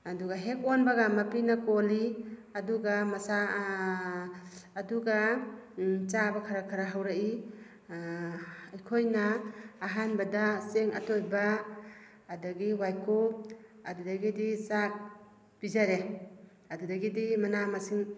ꯑꯗꯨꯒ ꯍꯦꯛ ꯑꯣꯟꯕꯒ ꯃꯄꯤꯅ ꯀꯣꯜꯂꯤ ꯑꯗꯨꯒ ꯃꯆꯥ ꯑꯗꯨꯒ ꯆꯥꯕ ꯈꯔ ꯈꯔ ꯍꯧꯔꯛꯏ ꯑꯩꯈꯣꯏꯅ ꯑꯍꯥꯟꯕꯗ ꯆꯦꯡ ꯑꯇꯣꯏꯕ ꯑꯗꯨꯗꯒꯤ ꯋꯥꯏꯀꯨꯞ ꯑꯗꯨꯗꯒꯤꯗꯤ ꯆꯥꯛ ꯄꯤꯖꯔꯦ ꯑꯗꯨꯗꯒꯤꯗꯤ ꯃꯅꯥ ꯃꯁꯤꯡ